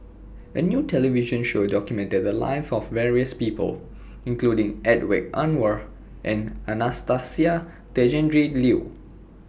A New television Show documented The Lives of various People including Hedwig Anuar and Anastasia Tjendri Liew